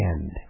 end